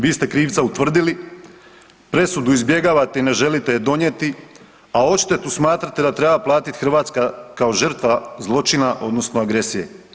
Vi ste krivca utvrdili, presudu izbjegavate i ne želite je donijeti, a odštetu smatrate da treba platiti Hrvatska kao žrtva zločina odnosno agresije.